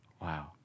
Wow